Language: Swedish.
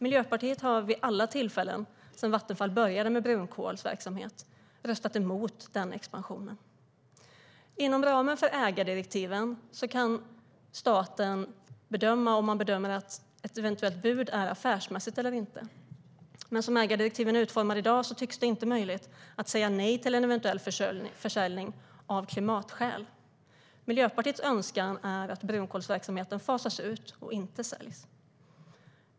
Miljöpartiet har vid alla tillfällen sedan Vattenfall började med brunkolsverksamhet röstat mot den expansionen. Inom ramen för ägardirektiven kan staten bedöma om ett eventuellt bud är affärsmässigt eller inte. Men som ägardirektiven är utformade i dag tycks det inte vara möjligt att av klimatskäl säga nej till en eventuell försäljning. Miljöpartiets önskan är att brunkolsverksamheten fasas ut och inte säljs.